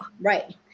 right